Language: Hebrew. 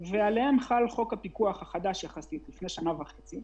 ועליהן חל חוק הפיקוח החדש מלפני שנה וחצי.